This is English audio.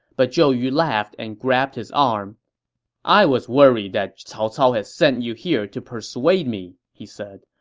but zhou yu laughed and grabbed his arm i was worried that cao cao had sent you here to persuade me, he said.